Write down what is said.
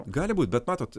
gali būti bet matot